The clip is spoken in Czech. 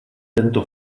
tento